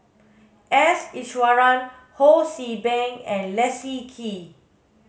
S Iswaran Ho See Beng and Leslie Kee